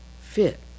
fit